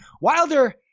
Wilder